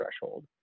threshold